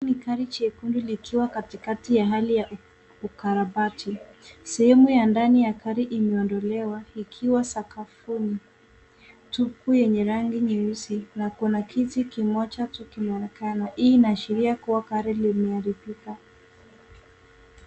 Hii ni gari jekundu likiwa katikati ya hali ya ukarabati. Sehemu ya ndani ya gari imeondolewa ikiwa sakafuni. Tubu yenye rangi nyeusi na kuna kiti kimoja tu kinaonekana. Hii inaashiria kuwa gari limeharibika.